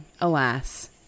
alas